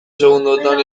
segundotan